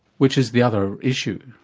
which is the other issue,